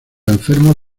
enfermos